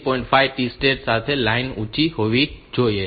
5 T state માટે line ઊંચી હોવી જોઈએ